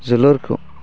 जोलुरखौ